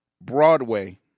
Broadway